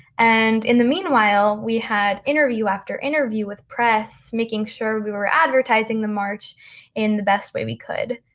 and in the meanwhile, we had interview after interview with press, making sure we were advertising the march in the best way we could.